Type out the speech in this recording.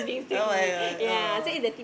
[oh]-my-god oh